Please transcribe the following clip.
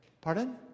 Pardon